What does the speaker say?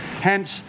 Hence